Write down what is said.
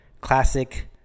classic